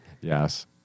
Yes